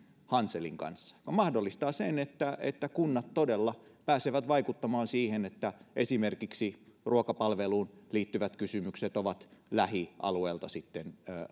hanselin kanssa ja se mahdollistaa sen että että kunnat todella pääsevät vaikuttamaan siihen että esimerkiksi ruokapalveluun liittyvät kysymykset ovat lähialueelta